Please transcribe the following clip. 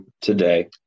today